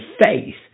faith